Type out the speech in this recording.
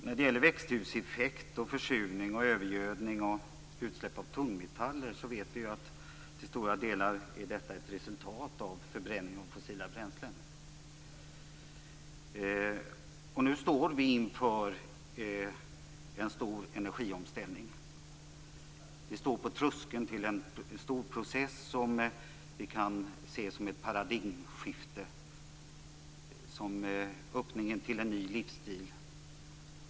När det gäller växthuseffekt, försurning, övergödning och utsläpp av tungmetaller vet vi ju att det till stora delar är ett resultat av förbränning av fossila bränslen. Nu står vi inför en stor energiomställning. Vi står på tröskeln till en stor process som vi kan se som ett paradigmskifte, en öppning till en ny livsstil.